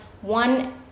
one